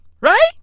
right